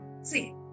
See